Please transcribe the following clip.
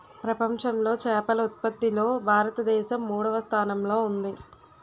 ప్రపంచంలో చేపల ఉత్పత్తిలో భారతదేశం మూడవ స్థానంలో ఉంది